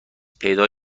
پیدا